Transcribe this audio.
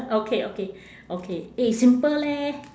okay okay okay eh simple leh